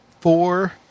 four